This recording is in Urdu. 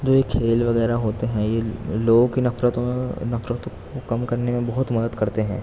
جو یہ کھیل وغیرہ ہوتے ہیں یہ لوگوں کی نفرتوں نفرتوں کو کم کرنے میں بہت مدد کرتے ہیں